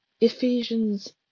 Ephesians